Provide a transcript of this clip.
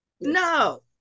No